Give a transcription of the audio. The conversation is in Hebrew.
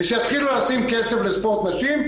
ושיתחילו לשים כסף לספורט נשים,